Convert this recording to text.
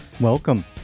Welcome